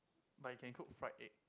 but you can cook fried egg